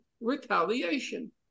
Retaliation